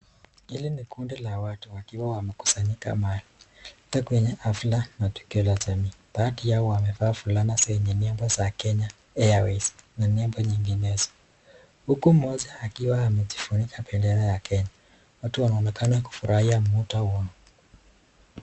Hili ni kundi la watu wakiwa wamekusanyika mahali, labda kwenye hafla na tukio la jamii. Baadhi yao wamevaa fulana zenye nembo ya Kenya Airways na nembo nyinginezo, huku mmoja akiwa amejifunika bendera ya kenya, wote wanaonekana kufurahia muda wao.